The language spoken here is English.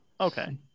Okay